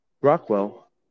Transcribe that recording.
Rockwell